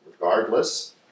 Regardless